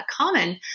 common